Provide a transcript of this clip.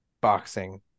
boxing